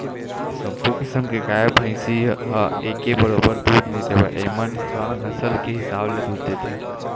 सब्बो किसम के गाय, भइसी ह एके बरोबर दूद नइ देवय एमन ह नसल के हिसाब ले दूद देथे